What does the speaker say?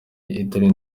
itari